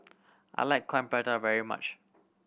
I like Coin Prata very much